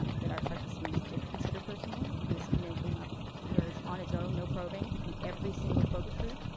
um that our participants did consider personal, and is something that came up, emerged on its own, no probing, in every single focus group,